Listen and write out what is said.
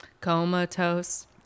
comatose